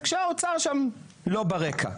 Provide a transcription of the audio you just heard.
כשהאוצר שם לא ברקע.